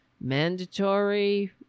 mandatory